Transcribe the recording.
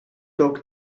dog